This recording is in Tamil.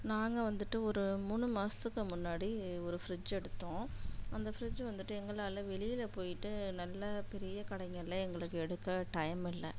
நாங்கள் வந்துட்டு ஒரு மூணு மாசத்துக்கு முன்னாடி ஒரு ஃப்ரிட்ஜ் எடுத்தோம் அந்த ஃப்ரிட்ஜ் வந்துட்டு எங்களால் வெளியில் போயிட்டு நல்லா பெரிய கடைங்களில் எங்களுக்கு எடுக்க டைம் இல்லை